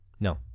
No